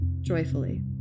joyfully